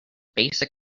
basic